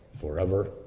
forever